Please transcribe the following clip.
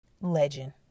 legend